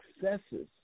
successes